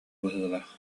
быһыылаах